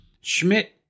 Schmidt